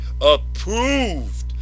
approved